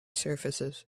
surfaces